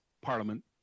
Parliament